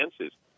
chances